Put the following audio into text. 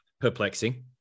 perplexing